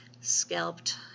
scalped